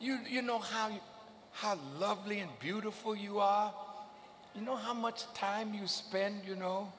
so you know how you how lovely and beautiful you are you know how much time you spend you know